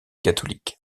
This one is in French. catholique